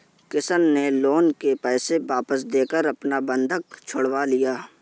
किशन ने लोन के पैसे वापस देकर अपना बंधक छुड़वा लिया